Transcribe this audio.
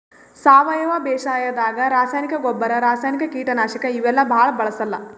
ಸಾವಯವ ಬೇಸಾಯಾದಾಗ ರಾಸಾಯನಿಕ್ ಗೊಬ್ಬರ್, ರಾಸಾಯನಿಕ್ ಕೀಟನಾಶಕ್ ಇವೆಲ್ಲಾ ಭಾಳ್ ಬಳ್ಸಲ್ಲ್